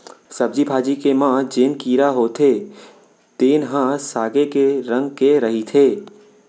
सब्जी भाजी के म जेन कीरा होथे तेन ह सागे के रंग के रहिथे